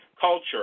culture